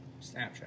snapchat